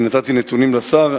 אני נתתי נתונים לשר,